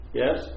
yes